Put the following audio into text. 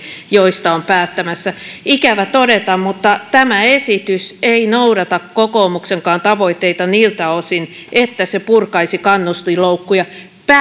joista on päättämässä ikävä todeta mutta tämä esitys ei noudata kokoomuksenkaan tavoitteita niiltä osin että se purkaisi kannustinloukkuja